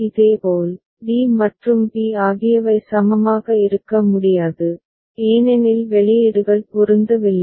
இதேபோல் d மற்றும் b ஆகியவை சமமாக இருக்க முடியாது ஏனெனில் வெளியீடுகள் பொருந்தவில்லை